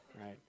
right